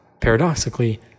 paradoxically